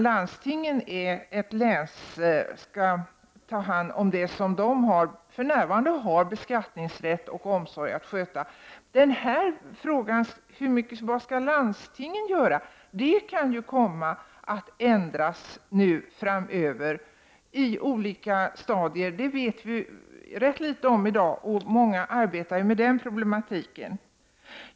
Landstingen skall ta hand om det som de för närvarande har att sköta, som sjukvårdsfrågor och omsorgsfrågor samt utöva tillhörande beskattningsrätt. Landstingens uppgifter kan ju komma att ändras framöver i olika etapper — det vet vi rätt litet om i dag, och många arbetar med den problematiken.